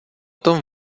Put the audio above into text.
tom